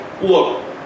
look